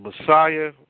Messiah